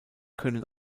können